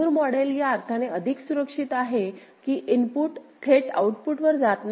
Moore model या अर्थाने अधिक सुरक्षित आहे की इनपुट थेट आउटपुटवर जात नाही